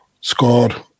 scored